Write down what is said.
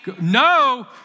No